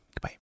Goodbye